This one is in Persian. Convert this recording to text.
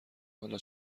حالا